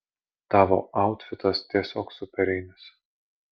tavo autfitas tiesiog superinis